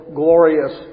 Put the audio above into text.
glorious